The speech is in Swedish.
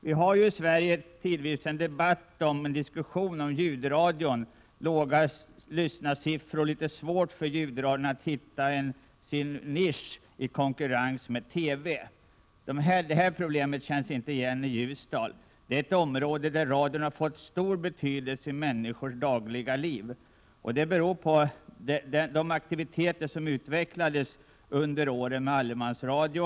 Vi har ju tidvis i Sverige en diskussion om ljudradions låga lyssnarsiffror. Det är litet svårt för ljudradion att hitta sin nisch i konkurrens med TV. Men i Ljusdal känner man inte det här problemet. Ljusdals kommun är ett område där radion fått stor betydelse i människors dagliga liv. Det beror på de aktiviteter som utvecklades under åren med allemansradio.